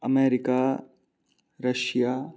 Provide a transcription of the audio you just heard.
America Russia